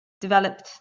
developed